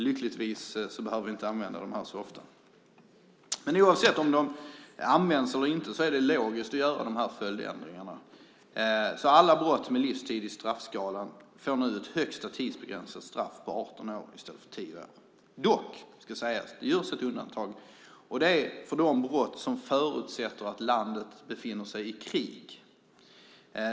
Lyckligtvis behöver vi inte använda straff för dessa så ofta. Men oavsett om de används eller inte är det logiskt att göra dessa följdändringar. Alla brott med livstids fängelse i straffskalan får nu ett högsta tidsbestämt straff på 18 år i stället för 10 år. Dock görs ett undantag. Det gäller de brott som förutsätter att landet befinner sig i krig.